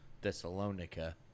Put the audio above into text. Thessalonica